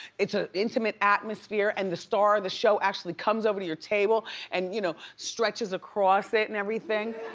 it's a intimate atmosphere and the star of the show actually comes over to your table and you know, stretches across it and everything.